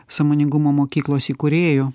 sąmoningumo mokyklos įkūrėju